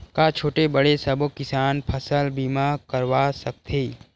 का छोटे बड़े सबो किसान फसल बीमा करवा सकथे?